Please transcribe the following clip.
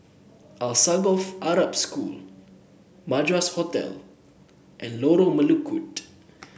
Alsagoff Arab School Madras Hotel and Lorong Melukut